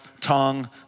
tongue